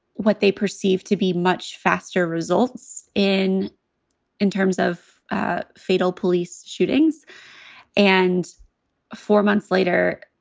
what they perceive to be much faster results in in terms of fatal police shootings and four months later.